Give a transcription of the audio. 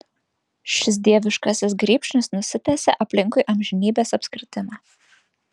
šis dieviškasis grybšnis nusitęsia aplinkui amžinybės apskritimą